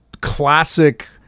classic